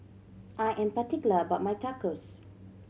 I am particular about my Tacos